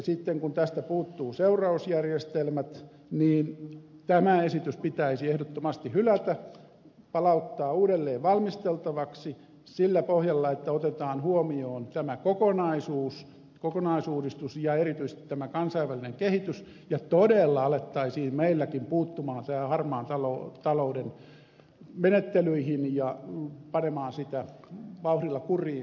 sitten kun tästä puuttuvat seurausjärjestelmät niin tämä esitys pitäisi ehdottomasti hylätä palauttaa uudelleen valmisteltavaksi sillä pohjalla että otetaan huomioon tämä kokonaisuus kokonaisuudistus ja erityisesti tämä kansainvälinen kehitys ja todella alettaisiin meilläkin puuttua näihin harmaan talouden menettelyihin ja panna niitä vauhdilla kuriin